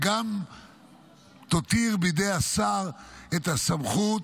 היא גם תותיר בידי השר את הסמכות,